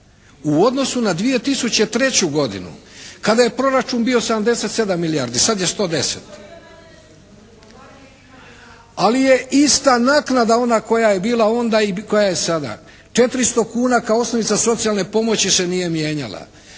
u odnosu na 2003. godinu kada je proračun bio 77 milijardi, sad je 110. Ali je ista naknada koja ona koja je bila onda i koja je sada, 400 kuna kao osnovica socijalne pomoći se nije mijenjala,